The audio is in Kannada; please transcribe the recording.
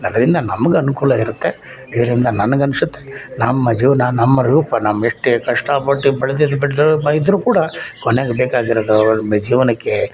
ಅದರಿಂದ ನಮ್ಗೆ ಅನುಕೂಲ ಇರುತ್ತೆ ಇದರಿಂದ ನನ್ಗೆ ಅನ್ನಿಸುತ್ತೆ ನಮ್ಮ ಜೀವನ ನಮ್ಮ ರೂಪ ನಮ್ಮ ಎಷ್ಟೇ ಕಷ್ಟಪಟ್ಟು ಬೆಳ್ದಿದ್ದು ಇದ್ರೂ ಕೂಡ ಕೊನೆಗೆ ಬೇಕಾಗಿರೋದು ಜೀವನಕ್ಕೆ